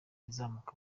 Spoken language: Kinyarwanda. izamuka